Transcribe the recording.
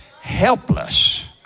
helpless